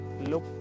Look